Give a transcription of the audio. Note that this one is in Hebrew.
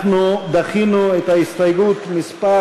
אנחנו דחינו את ההסתייגות מס'